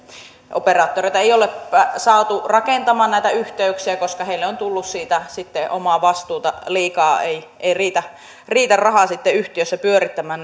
operaattoreita ei ole saatu rakentamaan näitä yhteyksiä koska heille on tullut siitä sitten omavastuuta liikaa ei ei riitä riitä raha sitten yhtiöissä pyörittämään